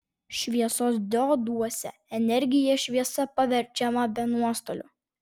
šviesos dioduose energija šviesa paverčiama be nuostolių